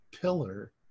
pillar